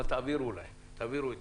אבל תעבירו את זה.